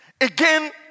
again